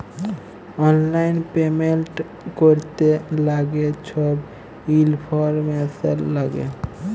অললাইল পেমেল্ট ক্যরতে গ্যালে ছব ইলফরম্যাসল ল্যাগে